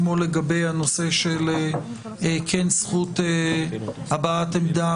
כמו לגבי הנושא של כן זכות הבעת עמדה